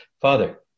Father